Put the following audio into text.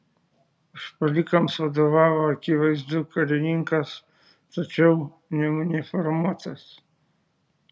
užpuolikams vadovavo akivaizdu karininkas tačiau neuniformuotas